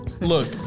look